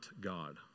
God